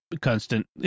constant